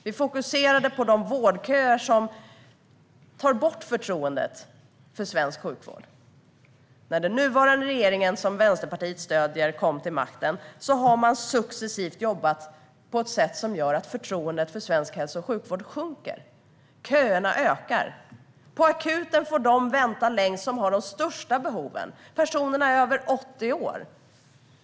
Vi fokuserade på de vårdköer som tar bort förtroendet för svensk sjukvård. När den nuvarande regeringen som Vänsterpartiet stöder kom till makten har man successivt jobbat på ett sätt som gör att förtroendet för svensk hälso och sjukvård sjunker. Köerna ökar. På akuten får de som har de största behoven vänta längst, det vill säga personer över 80 år.